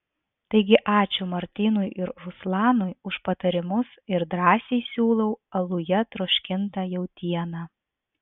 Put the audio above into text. taigi ačiū martynui ir ruslanui už patarimus ir drąsiai siūlau aluje troškintą jautieną